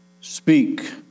Speak